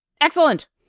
Excellent